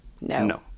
No